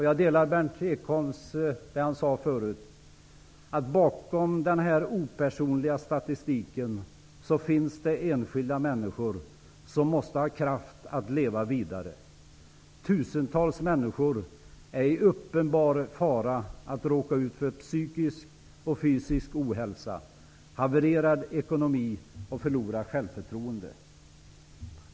Jag instämmer i det Berndt Ekholm sade, att bakom den offentliga statistiken finns det enskilda människor som måste ha kraft att leva vidare. Tusentals människor är i uppenbar fara att råka ut för psykisk och fysisk ohälsa, havererad ekonomi och förlorat självförtroende.